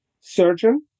surgeon